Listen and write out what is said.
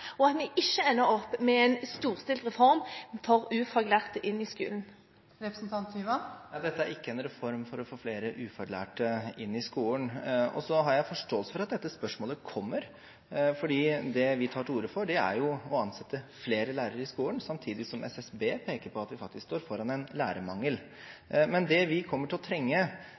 og at vi ikke ender opp med en storstilt reform for å få ufaglærte inn i skolen? Dette er ikke en reform for å få flere ufaglærte inn i skolen. Jeg har forståelse for at dette spørsmålet kommer, fordi det vi tar til orde for, er å ansette flere lærere i skolen, samtidig som SSB peker på at vi faktisk står foran en lærermangel. Det vi kommer til å trenge